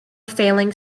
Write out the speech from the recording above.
failing